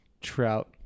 trout